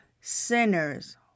sinners